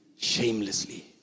Shamelessly